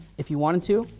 if you wanted to,